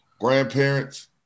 Grandparents